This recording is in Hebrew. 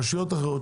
רשויות אחרות,